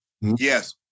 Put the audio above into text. Yes